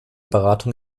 beratung